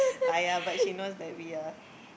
!aiyah! but she knows that we are